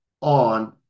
on